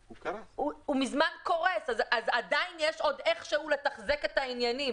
אז עדיין יש עוד איך שהוא לתחזק את העניינים,